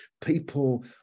people